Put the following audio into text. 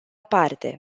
parte